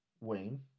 Wayne